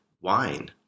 wine